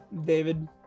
david